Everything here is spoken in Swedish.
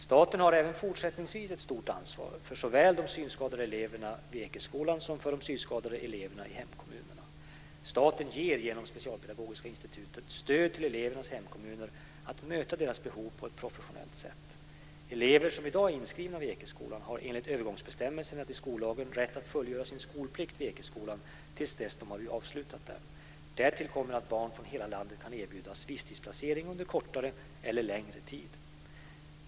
Staten har även fortsättningsvis ett stort ansvar för såväl de synskadade eleverna vid Ekeskolan som för de synskadade eleverna i hemkommunerna. Staten ger genom Specialpedagogiska institutet stöd till elevernas hemkommuner att möta deras behov på ett professionellt sätt. Elever som i dag är inskrivna vid Ekeskolan har enligt övergångsbestämmelserna till skollagen rätt att fullgöra sin skolplikt vid Ekeskolan till dess de har avslutat den. Därtill kommer att barn från hela landet kan erbjudas visstidsplacering under kortare eller längre tid.